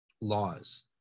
laws